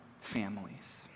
families